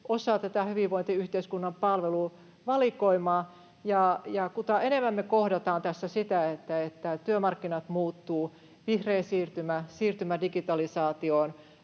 osa tätä hyvinvointiyhteiskunnan palveluvalikoimaa. Kuta enemmän me kohdataan tässä sitä, että työmarkkinat muuttuvat — vihreä siirtymä, siirtymä digitalisaatioon,